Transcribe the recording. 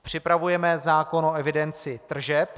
Připravujeme zákon o evidenci tržeb.